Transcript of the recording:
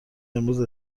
امروز